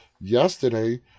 yesterday